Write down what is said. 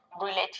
related